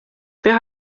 wir